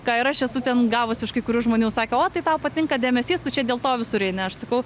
ką ir aš esu ten gavus iš kai kurių žmonių sakė o tai tau patinka dėmesys tu čia dėl to visur eini aš sakau